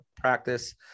practice